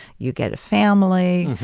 you get a family.